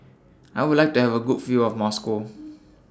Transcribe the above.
I Would like to Have A Good View of Moscow